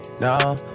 No